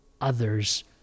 others